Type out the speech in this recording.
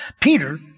Peter